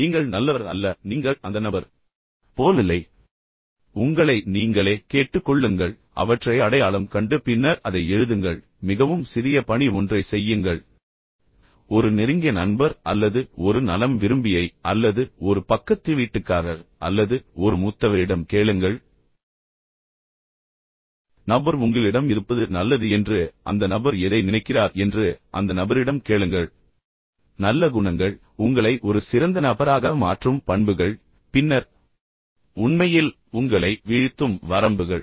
நீங்கள் நல்லவர் அல்ல நீங்கள் அந்த நபர் போல் இல்லை எனவே உங்களை நீங்களே கேட்டுக்கொள்ளுங்கள் பின்னர் அவற்றை அடையாளம் கண்டு பின்னர் அதை எழுதுங்கள் பின்னர் மிகவும் சிறிய பணி ஒன்றை செய்யுங்கள் ஒரு நெருங்கிய நண்பர் அல்லது ஒரு நலம் விரும்பியை அல்லது ஒரு பக்கத்து வீட்டுக்காரர் அல்லது ஒரு மூத்தவரிடம் கேளுங்கள் நபர் உங்களிடம் இருப்பது நல்லது என்று அந்த நபர் எதை நினைக்கிறார் என்று அந்த நபரிடம் கேளுங்கள் நல்ல குணங்கள் உங்களை ஒரு சிறந்த நபராக மாற்றும் பண்புகள் பின்னர் உண்மையில் உங்களை வீழ்த்தும் வரம்புகள்